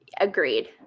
agreed